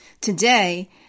Today